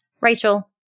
Rachel